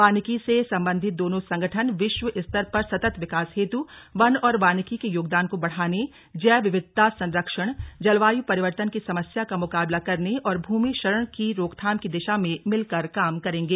वानिकी से संबन्धित दोनों संगठन विश्व स्तर पर सतत विकास हेतु वन और वानिकी के योगदान को बढ़ाने जैव विविधता संरक्षण जलवायु परिवर्तन की समस्या का मुकाबला करने और भूमि क्षरण की रोकथाम की दिशा में मिलकर काम करेंगे